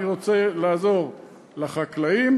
אני רוצה לעזור לחקלאים